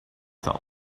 tell